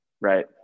Right